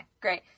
great